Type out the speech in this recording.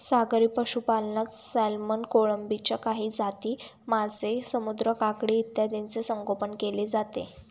सागरी पशुपालनात सॅल्मन, कोळंबीच्या काही जाती, मासे, समुद्री काकडी इत्यादींचे संगोपन केले जाते